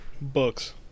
Books